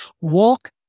walk